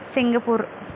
Singapore